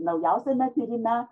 naujausiame tyrime